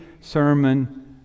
sermon